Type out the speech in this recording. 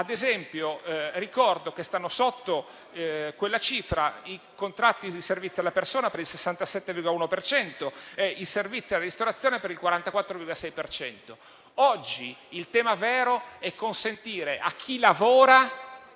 ad esempio, ricordo che stanno sotto quella cifra i contratti di servizi alla persona per il 67,1 per cento e i contratti di servizi alla ristorazione per il 44,6 per cento. Oggi il tema vero è consentire a chi lavora